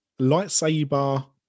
lightsaber